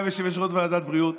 גם יושבת-ראש ועדת בריאות.